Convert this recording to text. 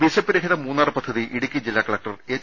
വിശപ്പ് രഹിത മൂന്നാർ പദ്ധതി ഇടുക്കി ജില്ലാ കലക്ടർ എച്ച്